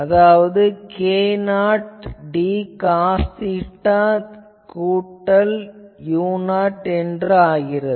அதாவது k0d cos theta கூட்டல் u0 என்று ஆகிறது